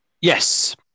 Yes